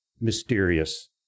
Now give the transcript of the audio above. mysterious